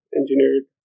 engineered